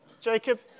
Jacob